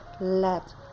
let